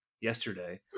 yesterday